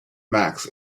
max